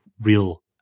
real